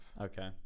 Okay